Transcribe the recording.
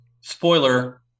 Spoiler